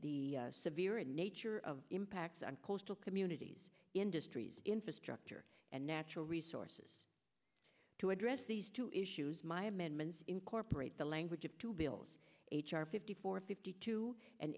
the the severe in nature of impacts on coastal communities industries infrastructure and natural resources to address these two issues my amendments incorporate the language of two bills h r fifty four fifty two and